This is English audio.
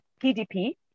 PDP